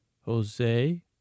Jose